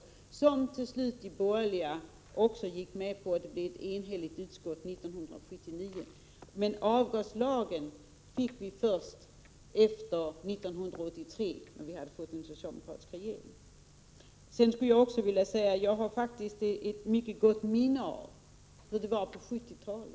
Till slut ställde sig de borgerliga bakom detta; och 1979 blev utskottet enigt. Men avgaslagen fick vi först efter 1983, då vi hade fått en socialdemokratisk regering. Jag har faktiskt ett mycket gott minne av hur det var på 1970-talet.